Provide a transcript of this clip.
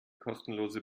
kostenlose